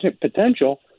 potential